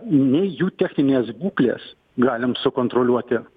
nei jų techninės būklės galim sukontroliuoti